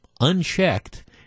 unchecked